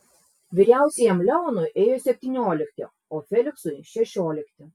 vyriausiajam leonui ėjo septyniolikti o feliksui šešiolikti